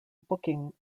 booking